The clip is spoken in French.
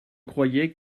croyais